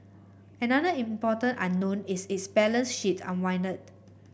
another important unknown is its balance sheet